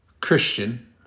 Christian